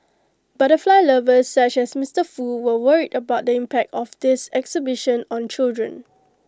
butterfly lovers such as Mister Foo were worried about the impact of this exhibition on children